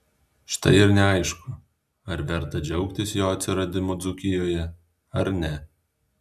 štai ir neaišku ar verta džiaugtis jo atsiradimu dzūkijoje ar ne